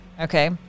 okay